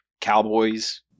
cowboys